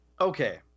Okay